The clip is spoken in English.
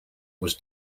was